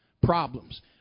problems